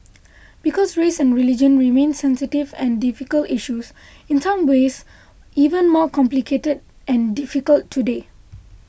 because race and religion remain sensitive and difficult issues in some ways even more complicated and difficult today